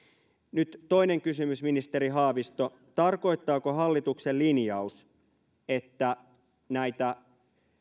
nyt toinen kysymys ministeri haavisto tarkoittaako hallituksen linjaus että näitä